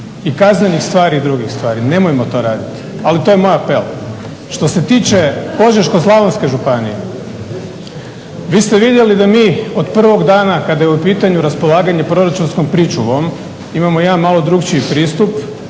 I kaznenih stvari i drugih stvari. Nemojmo to raditi. Ali to je moj apel. Što se tiče Požeško-slavonske županije vi ste vidjeli da mi od prvog dana kada je u pitanju raspolaganje proračunskom pričuvom imamo jedan malo drukčiji pristup.